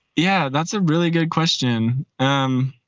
yeah, that's a really good question um